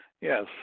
yes